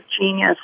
genius